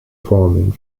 farming